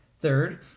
Third